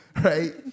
right